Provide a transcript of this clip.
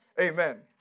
Amen